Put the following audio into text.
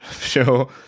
sure